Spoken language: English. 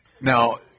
Now